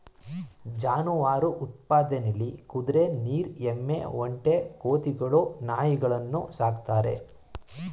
ಜಾನುವಾರು ಉತ್ಪಾದನೆಲಿ ಕುದ್ರೆ ನೀರ್ ಎಮ್ಮೆ ಒಂಟೆ ಕೋತಿಗಳು ನಾಯಿಗಳನ್ನು ಸಾಕ್ತಾರೆ